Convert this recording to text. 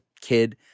kid